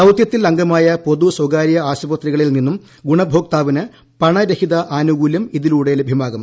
ദൌതൃത്തിൽ അംഗമായ പൊതു സ്വകാര്യ ആശുപത്രികളിൽ നിന്നും ഗുണഭോക്താവിന് പണരഹിത ആനുകൂല്യം ഇതിലൂടെ ലഭ്യമാകും